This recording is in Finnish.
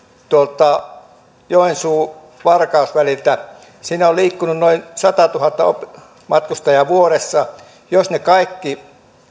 tuolta joensuu varkaus väliltä jossa on liikkunut noin satatuhatta matkustajaa vuodessa kaikki